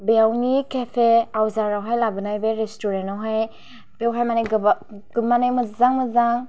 बेयावनि केफे आवजाराव हाय लाबोनाय बे रेस्ट'रेन्टाव हाय बावहाय माने गोबां माने मोजां मोजां